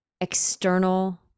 external